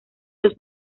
los